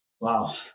Wow